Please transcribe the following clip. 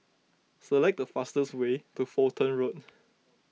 select the fastest way to Fulton Road